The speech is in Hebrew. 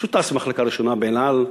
הוא טס במחלקה הראשונה ב"אל על".